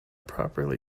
properly